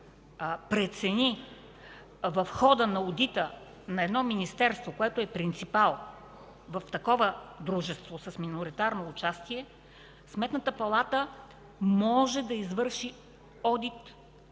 прецени в хода на одита на едно министерство, което е принципал в дружество с миноритарно участие, Сметната палата може да извърши одит